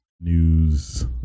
news